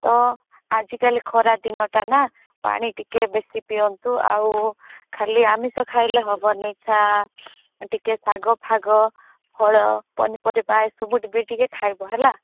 ତ ଆଜିକାଲି ଖରାଦିନଟା ନା ପାଣି ଟିକେ ବେଶୀ ପିଅନ୍ତୁ ଆଉ ଖାଲି ଆମିଷ ଖାଇଲେ ହେବନି ନା ଟିକେ ଶାଗ ଫାଗ ଫଳ ପନିପରିବା ଏସବୁ ବି ଟିକେ ଟିକେ ଖାଇବ ହେଲା